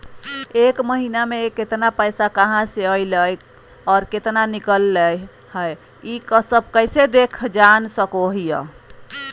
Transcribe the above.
एक महीना में केतना पैसा कहा से अयले है और केतना निकले हैं, ई सब कैसे देख जान सको हियय?